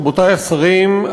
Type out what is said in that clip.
רבותי השרים,